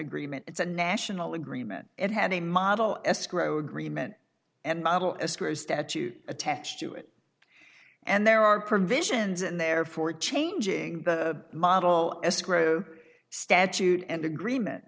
agreement it's a national agreement it had a model escrow agreement and novel as great statute attached to it and there are provisions in there for changing the model escrow statute and agreement